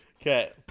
Okay